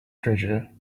treasure